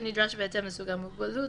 כנדרש בהתאם לסוג המוגבלות,